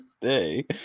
day